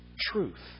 truth